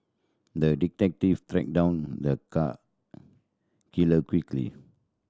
the detective tracked down the cat killer quickly